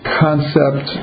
concept